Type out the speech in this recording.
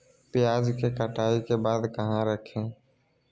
प्याज के कटाई के बाद कहा रखें?